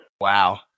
Wow